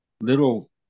little